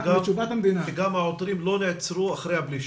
שגם העותרים לא נעצרו אחרי הפלישה.